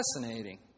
fascinating